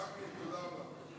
וקנין, תודה רבה.